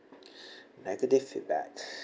negative feedback